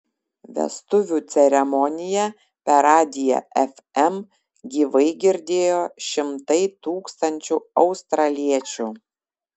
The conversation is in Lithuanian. vestuvių ceremoniją per radiją fm gyvai girdėjo šimtai tūkstančių australiečių